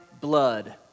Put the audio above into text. blood